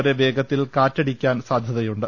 വരെ വേഗത്തിൽ കാറ്റടിക്കാൻ സാധ്യതയുണ്ട്